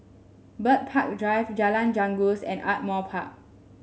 Bird Park Drive Jalan Janggus and Ardmore Park